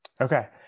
Okay